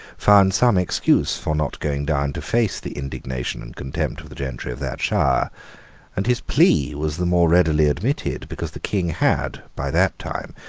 found some excuse for not going down to face the indignation and contempt of the gentry of that shire and his plea was the more readily admitted because the king had, by that time,